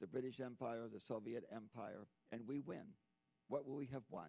the british empire the soviet empire and we win what we have